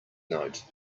note